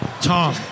Tom